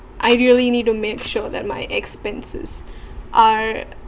I really need to make sure that my expenses are